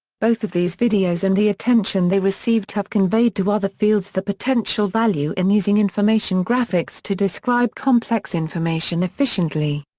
both of these videos and the attention they received have conveyed to other fields the potential value in using information graphics to describe complex information efficiently.